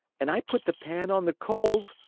and i put the pan on the coals,